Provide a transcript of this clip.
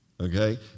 Okay